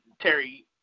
Terry